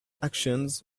actions